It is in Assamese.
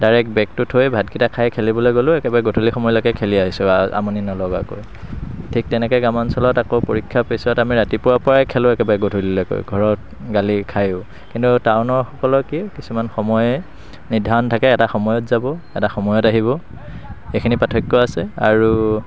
ডাইৰেক্ট বেগটো থৈ ভাতকেইটা খাই খেলিবলৈ গ'লোঁ একেবাৰে গধূলি সময়লৈকে খেলি আহিছোঁ আৰু আমনি নলগাকৈ ঠিক তেনেকৈ গ্ৰামাঞ্চলত আকৌ পৰীক্ষাৰ পিছত আমি ৰাতিপুৱাৰ পৰাই খেলোঁ একেবাৰে গধূলিলৈকে ঘৰত গালি খায়ো কিন্তু টাউনৰসকলৰ কি কিছুমান সময় নিৰ্ধাৰণ থাকে এটা সময়ত যাব এটা সময়ত আহিব এইখিনি পাৰ্থক্য আছে আৰু